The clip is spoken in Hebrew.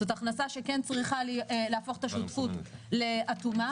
זו הכנסה שכן צריכה להפוך את השותפות לאטומה,